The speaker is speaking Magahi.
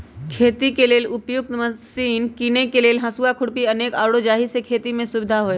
खेती लेल उपयुक्त मशिने कीने लेल हसुआ, खुरपी अनेक आउरो जाहि से खेति में सुविधा होय